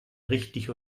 richtig